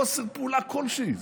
חוסר פעולה כלשהי,